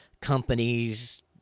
companies